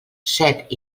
set